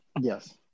Yes